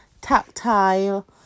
tactile